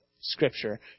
scripture